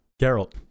Geralt